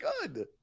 good